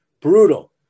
Brutal